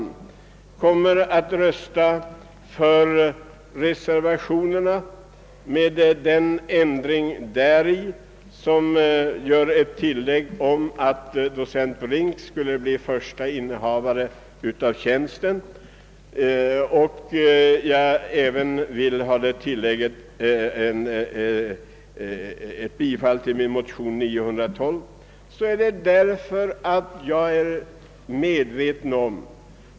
Jag kommer att rösta för reservationerna med de tillägg som innebär dels att docent Brink skulle bli den förste innehavaren av tjänsten, dels att min motion nr 912 skall bifallas.